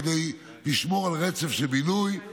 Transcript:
כדי לשמור על רצף של בינוי,